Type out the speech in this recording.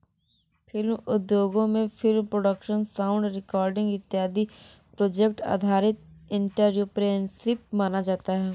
film उद्योगों में film production sound recording इत्यादि प्रोजेक्ट आधारित एंटरप्रेन्योरशिप माना जाता है